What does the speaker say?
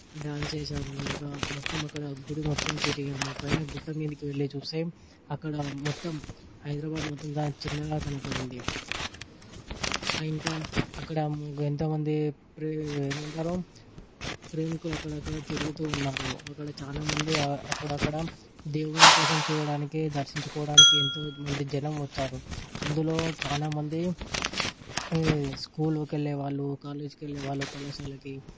dance చేసాము ఇంకా మొత్తం అక్కడ గుడి మొత్తం తిరిగాము పైన గుట్ట మీదకి వెళ్ళి చూస్తే అక్కడ మొత్తం హైదరాబాద్ మొత్తం దా చిన్నగా కనపడింది ఇంకా అక్కడ ఎంతో మంది ప్రే ఎందరో ప్రేమికులు అక్కడక్కడ తిరుగుతూ ఉన్నారు అక్కడ చాలా మంది అక్కడక్కడ దేవుని కోసం చూడటానికి దర్శించుకోవడానికి ఎంతో మంది జనం వచ్చారు అందులో చాలా మంది స్కూలుకి వెళ్ళే వాళ్ళు కాలేజీకి వెళ్ళే వాళ్ళు కళాశాలకి